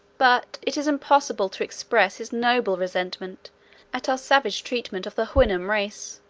but it is impossible to express his noble resentment at our savage treatment of the houyhnhnm race